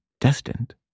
destined